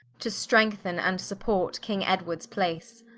to strengthen and support king edwards place.